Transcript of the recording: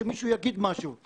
שמישהו יגיד מישהו,